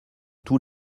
tous